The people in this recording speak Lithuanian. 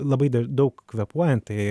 labai daug kvėpuojan tai